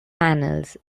panels